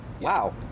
wow